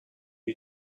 you